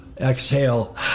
exhale